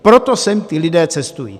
Proto sem ti lidé cestují.